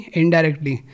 indirectly